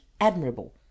admirable